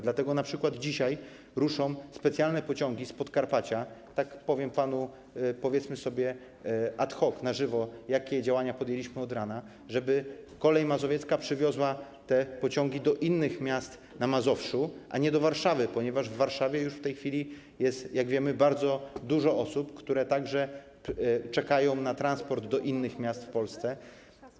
Dlatego np. dzisiaj ruszą specjalne pociągi z Podkarpacia - powiem tu panu, tak ad hoc, na żywo, jakie działania podjęliśmy od rana -Koleje Mazowieckie przewiozą te osoby do innych miast na Mazowszu, a nie do Warszawy, ponieważ w Warszawie już w tej chwili jest, jak wiemy, bardzo dużo osób, które także czekają na transport do innych miast w Polsce.